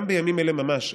גם בימים אלה ממש,